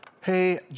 Hey